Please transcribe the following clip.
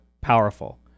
powerful